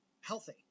healthy